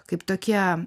kaip tokie